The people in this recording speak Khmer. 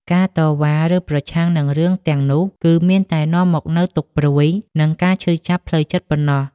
ការតវ៉ា ឬប្រឆាំងនឹងរឿងទាំងនោះ គឺមានតែនាំមកនូវទុក្ខព្រួយ និងការឈឺចាប់ផ្លូវចិត្តប៉ុណ្ណោះ។